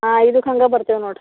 ಹಾಂ ಐದಕ್ಕೆ ಹಂಗೆ ಬರ್ತೀವಿ ನೋಡ್ರಿ